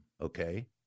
okay